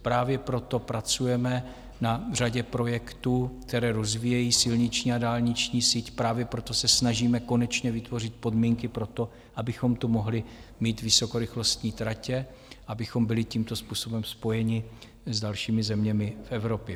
Právě proto pracujeme na řadě projektů, které rozvíjejí silniční a dálniční síť, právě proto se snažíme konečně vytvořit podmínky pro to, abychom tu mohli mít vysokorychlostní tratě, abychom byli tímto způsobem spojeni s dalšími zeměmi v Evropě.